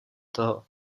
toho